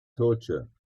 torture